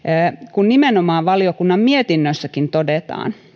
kun nimenomaan valiokunnan mietinnössäkin todetaan